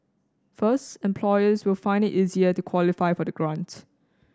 first employers will find it easier to qualify for the grant